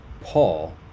Paul